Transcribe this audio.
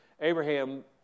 Abraham